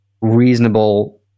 reasonable